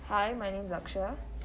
hi my name's leksha